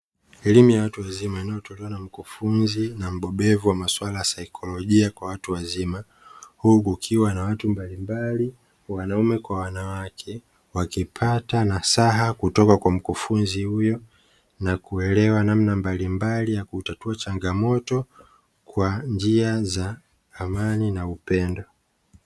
Elimu ya watu wazima inayotolewa na mkufunzi na mbobevu wa masuala ya saikolojia kwa watu wazima, huku kukiwa na watu mbalimbali wanaume kwa wanawake wakipata nasaha kutoka kwa mkufunzi huyo, na kuelewa namna mbalimbali ya kutatua changamoto kwa njia za amani na upendo.